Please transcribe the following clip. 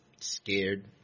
scared